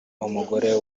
umugore